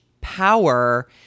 power